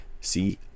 see